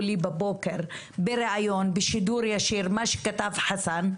לי בבוקר בריאיון בשידור ישיר את מה שכתב חסן,